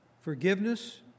Forgiveness